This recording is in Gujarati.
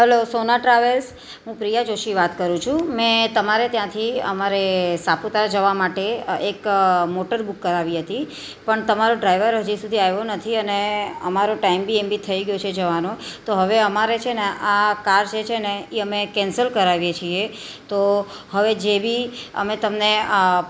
હલો સોના ટ્રાવેલ્સ હું પ્રિયા જોશી વાત કરું છું મેં તમારે ત્યાંથી અમારે સાપુતારા જવા માટે એક મોટર બુક કરાવી હતી પણ તમારો ડ્રાઈવર હજી સુધી આવ્યો નથી અને અમારો ટાઈમ બી એમબી થઈ ગયો છે જવાનો તો હવે અમારે છે ને આ કાર જે છે ને ઈ અમે કેન્સલ કરાવીએ છીએ તો હવે જે બી અમે તમને